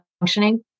functioning